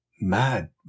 Mad